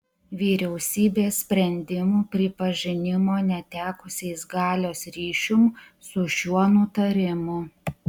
vyriausybės sprendimų pripažinimo netekusiais galios ryšium su šiuo nutarimu